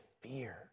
fear